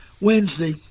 Wednesday